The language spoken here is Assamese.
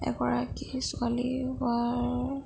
এগৰাকী ছোৱালী হোৱাৰ